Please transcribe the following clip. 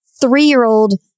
three-year-old